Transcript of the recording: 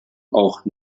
auch